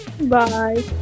Bye